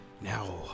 Now